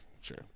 sure